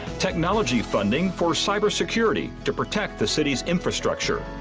technology funding for cyber security to protect the city's infrastructure.